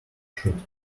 should